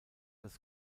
das